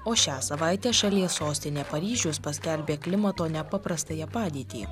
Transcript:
o šią savaitę šalies sostinė paryžius paskelbė klimato nepaprastąją padėtį